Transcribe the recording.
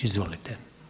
Izvolite.